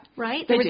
right